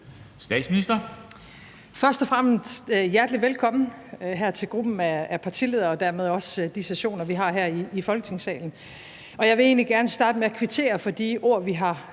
Frederiksen): Først og fremmest vil jeg byde hjertelig velkommen her til gruppen af partiledere og dermed også de sessioner, vi har her i Folketingssalen. Og jeg vil egentlig gerne starte med at kvittere for de ord, vi har